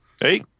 Hey